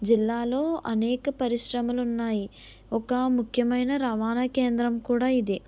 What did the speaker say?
జిల్లాలో అనేక పరిశ్రమలున్నాయి ఒక ముఖ్యమైన రవాణా కేంద్రం కూడా ఇది